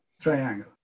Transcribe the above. triangle